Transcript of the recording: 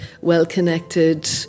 well-connected